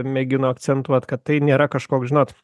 mėgino akcentuot kad tai nėra kažkoks žinot